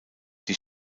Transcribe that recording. die